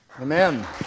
Amen